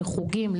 לחוגים,